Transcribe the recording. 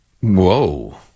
Whoa